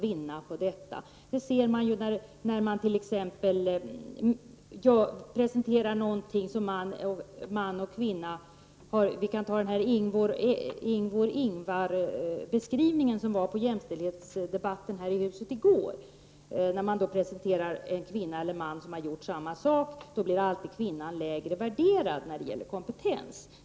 Det kan man konstatera i samband med undersökningar som har presenterats om vad män och kvinnor gör. Vi kan som exempel ta den Ingvor Ingvar-beskrivning som kom upp vid jämställdhetsdebatten här i huset i går. Där presenterades en kvinna resp. en man som gjort samma sak, och det visade sig att kvinnan alltid blev lägre värderad i fråga om kompetens.